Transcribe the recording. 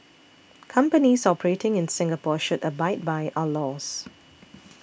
companies operating in Singapore should abide by our laws